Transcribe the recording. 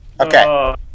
Okay